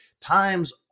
times